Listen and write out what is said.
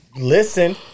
Listen